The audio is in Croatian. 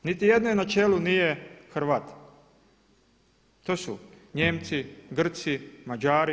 Niti jednoj na čelu nije Hrvat, to su Nijemci, Grci, Mađari.